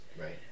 Right